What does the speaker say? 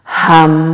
hum